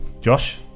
Josh